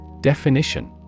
Definition